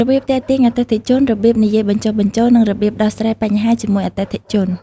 របៀបទាក់ទាញអតិថិជន របៀបនិយាយបញ្ចុះបញ្ចូល និងរបៀបដោះស្រាយបញ្ហាជាមួយអតិថិជន។